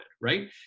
Right